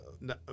no